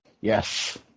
Yes